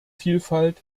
vielfalt